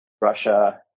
Russia